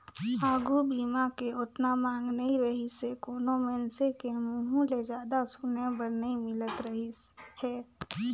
आघू बीमा के ओतना मांग नइ रहीसे कोनो मइनसे के मुंहूँ ले जादा सुने बर नई मिलत रहीस हे